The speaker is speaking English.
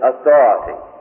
authority